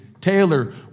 Taylor